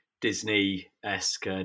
disney-esque